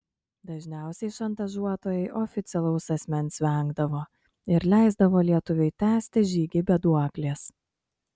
dažniausiai šantažuotojai oficialaus asmens vengdavo ir leisdavo lietuviui tęsti žygį be duoklės